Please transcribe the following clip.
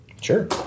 Sure